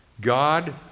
God